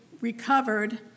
recovered